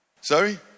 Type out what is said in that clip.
Sorry